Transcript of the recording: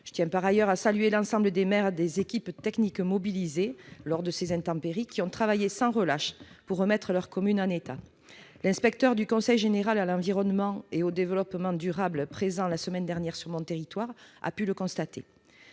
Je tiens d'ailleurs à saluer l'ensemble des maires et des équipes techniques mobilisées lors de ces intempéries, qui ont travaillé sans relâche pour remettre leurs communes en état ; l'inspecteur du Conseil général de l'environnement et du développement durable, présent la semaine dernière sur mon territoire, a pu le constater.